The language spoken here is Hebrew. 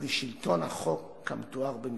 ולשלטון החוק כמתואר במכתבכם".